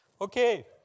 Okay